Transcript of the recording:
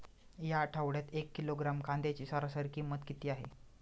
या आठवड्यात एक किलोग्रॅम कांद्याची सरासरी किंमत किती आहे?